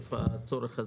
מתוקף הצורך הזה.